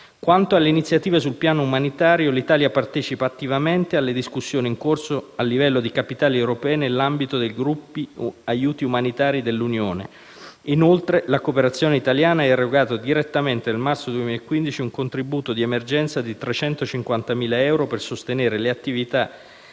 Quanto alle iniziative sul piano umanitario, l'Italia partecipa attivamente alle discussioni in corso a livello di capitali europee nell'ambito del gruppo aiuti umanitari dell'Unione europea. Inoltre, la cooperazione italiana ha erogato direttamente nel marzo 2015 un contributo di emergenza di 350.000 euro per sostenere le attività di